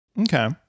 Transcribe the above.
Okay